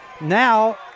Now